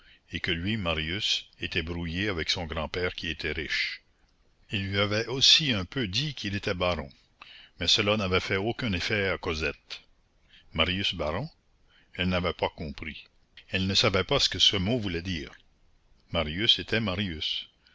et que lui marius était brouillé avec son grand-père qui était riche il lui avait aussi un peu dit qu'il était baron mais cela n'avait fait aucun effet à cosette marius baron elle n'avait pas compris elle ne savait pas ce que ce mot voulait dire marius était marius